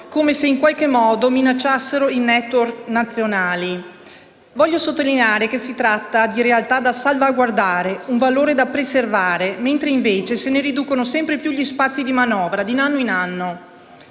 come se in qualche modo minacciassero i *network* nazionali. Voglio sottolineare che si tratta di realtà da salvaguardare e di un valore da preservare, mentre se ne riducono sempre più gli spazi di manovra, di anno in anno.